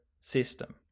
system